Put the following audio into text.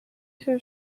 her